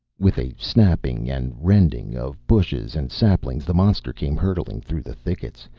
with a snapping and rending of bushes and saplings the monster came hurtling through the thickets,